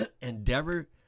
Endeavor